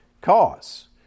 cause